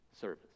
service